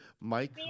Mike